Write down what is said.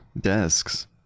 desks